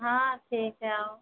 हाँ ठीक है आओ